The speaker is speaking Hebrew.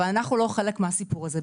אבל אנחנו לא חלק מהסיפור הזה.